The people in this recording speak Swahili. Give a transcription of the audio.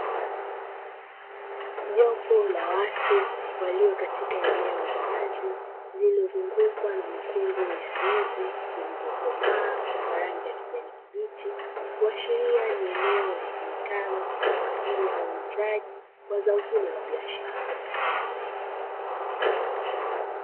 Jopo la watu walio katika eneo la wazi lililozungukwa na mikungu ya ndizi zilizokomaa kwa rangi ya kijani kibichi, kuashiria ni eneo litumikalo kwaajili ya uuzaji wa zao hilo la biashara.